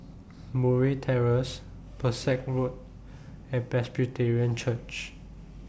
Murray Terrace Pesek Road and Presbyterian Church